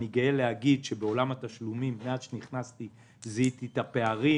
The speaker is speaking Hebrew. אני גאה להגיד שמאז שנכנסתי לתפקיד זיהיתי את הפערים